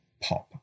pop